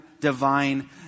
divine